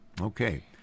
okay